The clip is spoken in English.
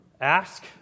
Ask